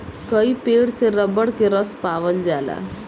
कई पेड़ से रबर के रस पावल जाला